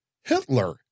Hitler